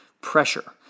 pressure